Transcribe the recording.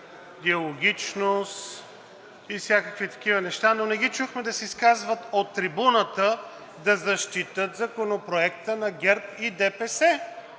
диалогичност и всякакви такива неща, но не ги чухме да се изказват от трибуната да защитят Законопроекта на ГЕРБ и ДПС.